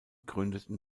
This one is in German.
gründeten